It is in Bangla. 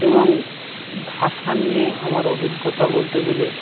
এবং ভাষা নিয়ে আমার অভিজ্ঞতা বলতে গেলে